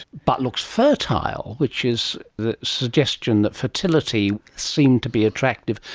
but looks fertile, which is the suggestion that fertility seemed to be attractive,